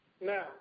Now